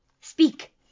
Speak